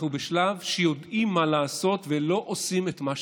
אנחנו בשלב שיודעים מה לעשות ולא עושים את מה שצריך.